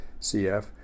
CF